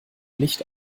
nicht